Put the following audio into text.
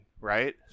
right